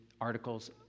articles